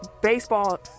Baseball